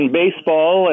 baseball